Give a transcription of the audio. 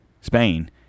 spain